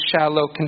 shallow